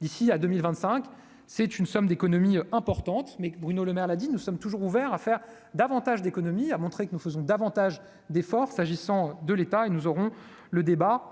d'ici à 2025, c'est une somme d'économies importantes mais Bruno Lemaire là dit nous sommes toujours ouverts à faire davantage d'économies, a montré que nous faisons davantage d'efforts, s'agissant de l'État et nous aurons le débat,